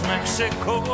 Mexico